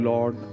Lord